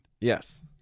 Yes